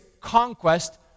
conquest